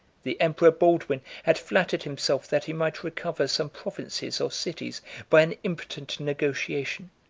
the emperor baldwin had flattered himself, that he might recover some provinces or cities by an impotent negotiation.